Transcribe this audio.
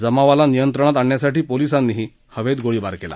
जमावाला नियंत्रणात आणण्यासाठी पोलिसांनीही हवेत गोळीबार केला